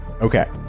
Okay